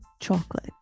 chocolate